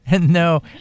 No